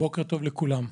בוקר טוב לכולם.